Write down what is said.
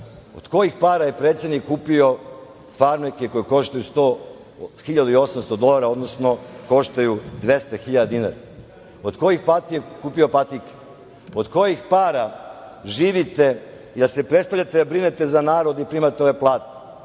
od kojih para je predsednik kupio farmerke koje koštaju 1.800 dolara, odnosno koštaju 200.000 dinara? Od kojih para je kupio patike? Od kojih para živite i da se predstavljate da brinete za narod i primate ove plate?